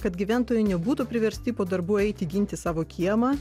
kad gyventojai nebūtų priversti po darbų eiti ginti savo kiemą